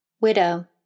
Widow